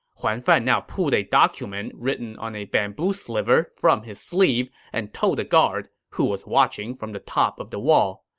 huan fan now pulled a document written on a bamboo sliver from his sleeve and told the guard, who was watching from the top of the wall,